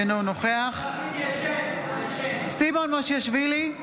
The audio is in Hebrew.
אינו נוכח סימון מושיאשוילי,